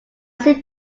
seem